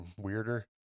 weirder